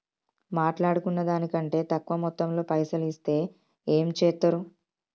మాట్లాడుకున్న దాని కంటే తక్కువ మొత్తంలో పైసలు ఇస్తే ఏం చేత్తరు?